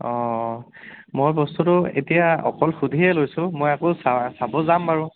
অঁ মই বস্তুটো এতিয়া অকল সুধিহে লৈছোঁ মই আকৌ চাব যাম বাৰু